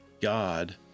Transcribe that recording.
God